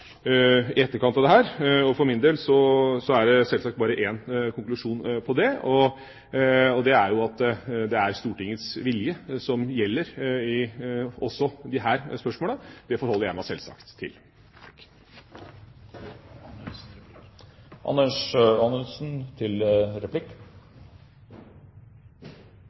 i etterkant av dette. For min del er det sjølsagt bare én konklusjon på det, og det er jo at det er Stortingets vilje som gjelder også i disse spørsmålene. Det forholder jeg meg sjølsagt til.